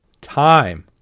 time